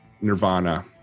Nirvana